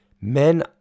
men